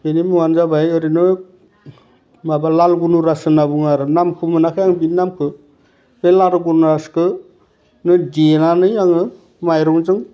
बिनि मुङानो जाबाय ओरैनो माबा लाल बुनुराज होन्ना बुङो आरो नामखौ मोनाखै आं बिनि नामखौ बे लाल बुनुराजखौनो देनानै आङो माइरंजों